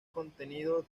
contenido